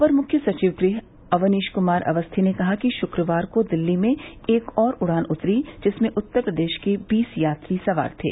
अपर मुख्य सचिव गृह अवनीश कुमार अवस्थी ने कहा कि शुक्रवार को दिल्ली में एक और उड़ान उतरी जिसमें उत्तर प्रदेश के बीस यात्री सवार थे